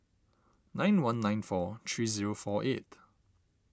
nine one nine four three zero four eight